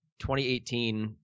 2018